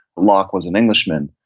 locke was an englishman,